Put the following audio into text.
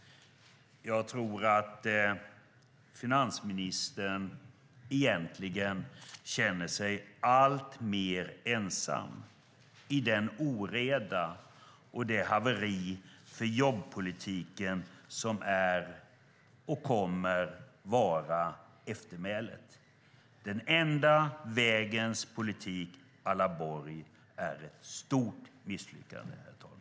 Jag tror att finansministern egentligen känner sig alltmer ensam i den oreda och det haveri som är och kommer att vara eftermälet till jobbpolitiken. Den enda vägens politik à la Borg är ett stort misslyckande, herr talman.